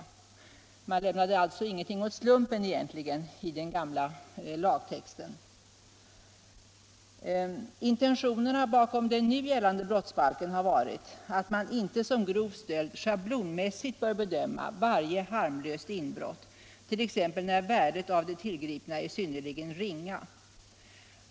Man lämnade alltså ingenting åt slumpen i den gamla lagtexten. Intentionerna bakom nu gällande brottsbalk har varit att man inte som grov stöld schablonmässigt bör bedöma varje harmlöst inbrott, t.ex. när värdet av det tillgripna är synnerligen ringa.